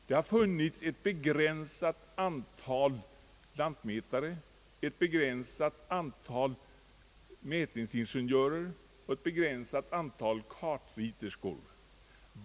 Det har funnits ett begränsat antal lantmätare, ett begränsat antal mätningsingenjörer och ett begränsat antal kartriterskor.